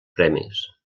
premis